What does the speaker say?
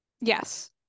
yes